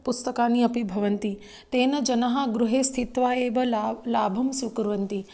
पुस्तकानि अपि भवन्ति तेन जनः गृहे स्थित्वा एव ला लाभं स्वीकुर्वन्ति